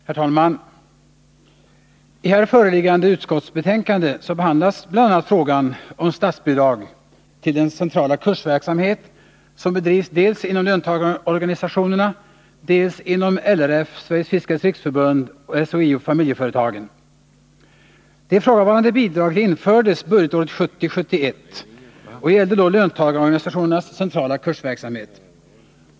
Herr talman! I föreliggande utskottsbetänkande behandlas bl.a. frågan om statsbidrag till den centrala kursverksamhet som bedrivs dels inom löntagarorganisationerna, dels inom LRF, Sveriges fiskares riksförbund och SHIO-Familjeföretagen. Det ifrågavarande bidraget infördes budgetåret 1970/71 och gällde då löntagarorganisationernas centrala kursverksamhet.